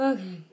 Okay